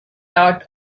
dot